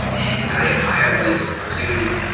and i had hired these two